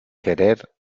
querer